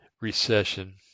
recession